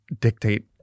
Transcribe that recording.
dictate